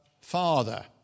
Father